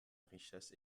richesse